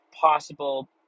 possible